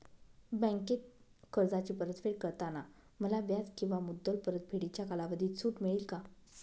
बँकेत कर्जाची परतफेड करताना मला व्याज किंवा मुद्दल परतफेडीच्या कालावधीत सूट मिळेल का?